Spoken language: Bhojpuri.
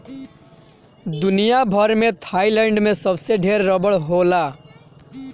दुनिया भर में थाईलैंड में सबसे ढेर रबड़ होला